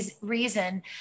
reason